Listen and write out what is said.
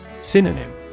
Synonym